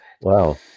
Wow